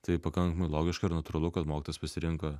tai pakankamai logiška ir natūralu kad mokytojas pasirenka